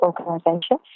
organisation